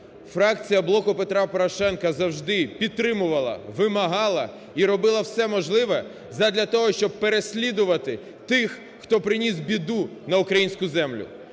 Фракція "Блоку Петра Порошенка" завжди підтримувала, вимагала і робила все можливе задля того, щоб переслідувати тих, хто приніс біду на українську землю,